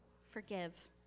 Forgive